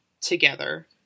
together